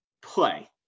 play